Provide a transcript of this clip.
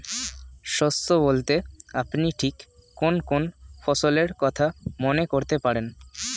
শস্য বলতে আপনি ঠিক কোন কোন ফসলের কথা মনে করতে পারেন?